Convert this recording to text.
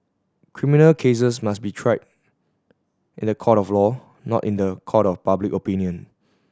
criminal cases must be tried in the court of law not in the court of public opinion